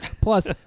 Plus